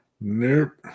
Nope